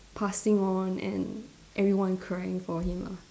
passing on and everyone crying for him lah